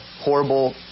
horrible